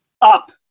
Up